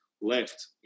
left